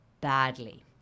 badly